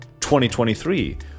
2023